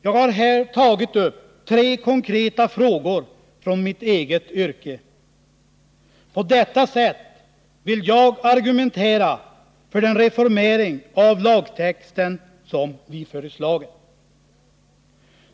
Jag har här tagit upp tre konkreta frågor från mitt eget yrkesområde. På detta sätt vill jag argumentera för den reformering av lagtexten som vi har föreslagit.